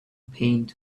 paint